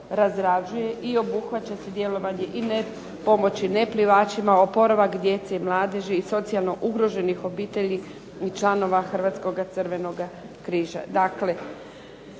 i obuhvaća se djelovanje i pomoći neplivačima, oporavak djece i mladeži i socijalno ugroženih obitelji i članova Hrvatskoga crvenoga križa.